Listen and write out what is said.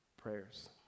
Prayers